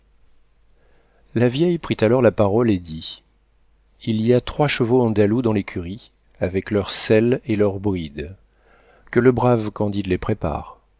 la vieille prit alors la parole et dit il y a trois chevaux andalous dans l'écurie avec leurs selles et leurs brides que le brave candide les prépare